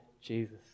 Jesus